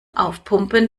aufpumpen